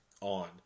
on